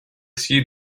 see